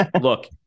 look